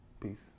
peace